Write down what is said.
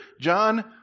John